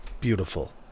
Beautiful